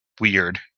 weird